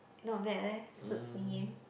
not bad leh suit me eh